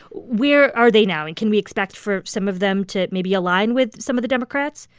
where are they now? and can we expect for some of them to maybe align with some of the democrats?